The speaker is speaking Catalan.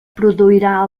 produirà